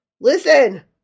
Listen